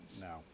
No